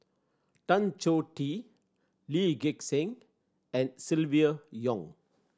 Tan Choh Tee Lee Gek Seng and Silvia Yong